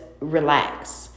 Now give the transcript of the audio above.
relax